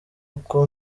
uko